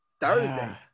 Thursday